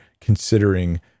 considering